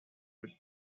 with